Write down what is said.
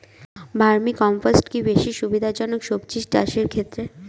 Vermi compost কি বেশী সুবিধা জনক সবজি চাষের ক্ষেত্রে?